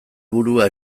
burua